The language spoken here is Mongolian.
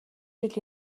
жил